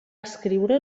escriure